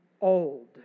old